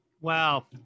Wow